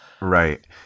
Right